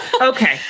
Okay